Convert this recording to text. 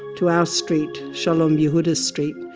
to our street, shalom yahuda street,